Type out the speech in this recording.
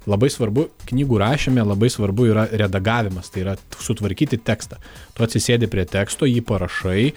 labai svarbu knygų rašyme labai svarbu yra redagavimas tai yra sutvarkyti tekstą tu atsisėdi prie teksto jį parašai